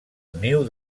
niu